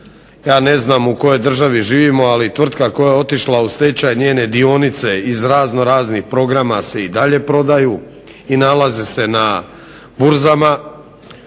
ja ne znam u kojoj državi živimo ali tvrtke koja je otišla u stečaj, njene dionice iz raznoraznih programa se i dalje prodaju i nalaze se na burzama.